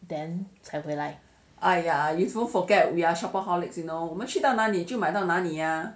then 才回来